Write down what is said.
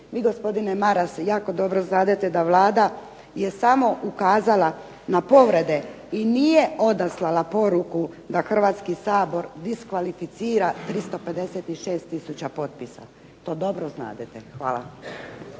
Vi gospodine Maras jako dobro znadete da Vlada je samo ukazala na povrede i nije odaslala poruku da Hrvatski sabor diskvalificira 356 tisuća potpisa. To dobro znadete. Hvala.